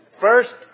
First